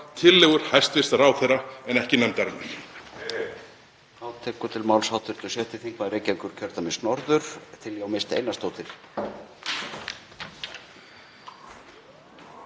tillögur hæstv. ráðherra en ekki nefndarinnar.